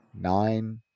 nine